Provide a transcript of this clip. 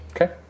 Okay